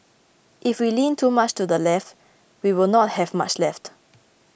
if we lean too much to the left we will not have much left